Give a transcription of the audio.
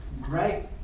great